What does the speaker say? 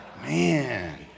Man